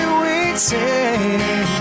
waiting